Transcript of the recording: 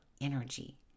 energy